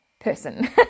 person